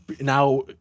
now